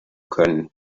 können